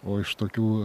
o iš tokių